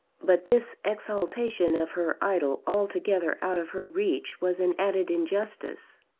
but this exaltation of her idol altogether out of her reach was an added injustice.